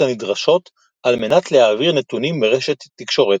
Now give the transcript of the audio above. הנדרשות על-מנת להעביר נתונים ברשת תקשורת,